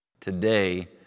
today